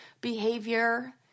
behavior